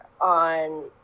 on